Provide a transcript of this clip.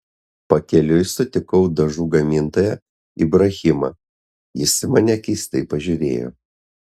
pakeliui sutikau dažų gamintoją ibrahimą jis į mane keistai pažiūrėjo